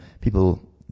people